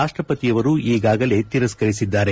ರಾಷ್ಟಪ್ರತಿಯವರು ಈಗಾಗಲೇ ತಿರಸ್ತರಿಸಿದ್ದಾರೆ